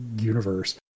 universe